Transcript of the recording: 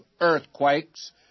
earthquakes